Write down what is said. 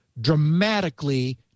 dramatically